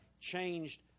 changed